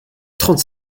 trente